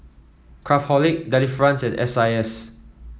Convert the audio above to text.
Craftholic Delifrance and S I S